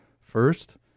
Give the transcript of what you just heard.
first